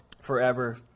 forever